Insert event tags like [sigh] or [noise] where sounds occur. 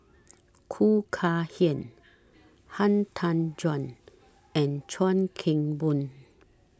[noise] [noise] Khoo Kay Hian Han Tan Juan and Chuan Keng Boon